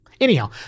Anyhow